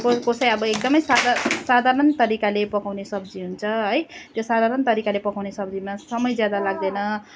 कसै अब एकदमै सादा साधारण तरिकाले पकाउने सब्जी हुन्छ है त्यो साधारण तरिकाले पकाउने सब्जीमा समय ज्यादा लाग्दैन